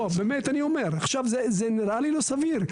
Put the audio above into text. לא, אני אומר, באמת, עכשיו, זה נראה לי לא סביר.